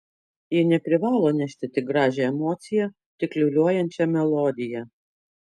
ji neprivalo nešti tik gražią emociją tik liūliuojančią melodiją